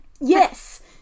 Yes